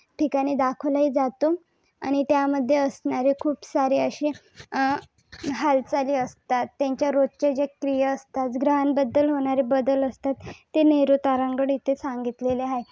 ठिकाणी दाखवलाही जातो आणि त्यामध्ये असणारे खूप सारे असे हालचाली असतात त्यांच्या रोजच्या ज्या क्रिया असतात ग्रहांबद्दल होणारे बदल असतात ते नेहरू तारांगण इथे सांगितलेले आहे